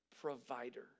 provider